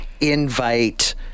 invite